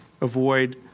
avoid